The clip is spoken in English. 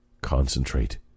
Concentrate